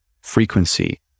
frequency